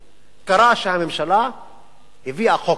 קרה שהממשלה הביאה חוק טוב,